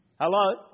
Hello